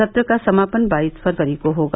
सत्र का समापन बाईस फरवरी को होगा